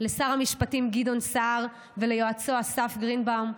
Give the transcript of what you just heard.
לשר המשפטים גדעון סער וליועצו אסף גרינבאום,